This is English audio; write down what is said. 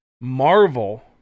Marvel